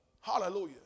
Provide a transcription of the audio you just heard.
Hallelujah